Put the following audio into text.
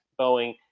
Boeing